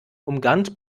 umgarnt